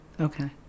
Okay